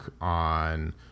on